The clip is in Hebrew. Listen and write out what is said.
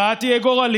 ההכרעה תהיה גורלית,